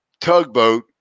Tugboat